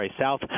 South